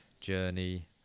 journey